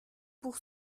pour